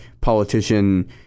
politician